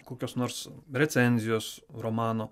kokios nors recenzijos romano